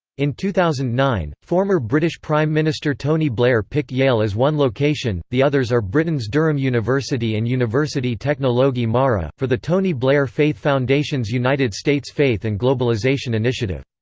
in two thousand and nine, former british prime minister tony blair picked yale as one location the others are britain's durham university and universiti teknologi mara for the tony blair faith foundation's united states faith and globalization initiative.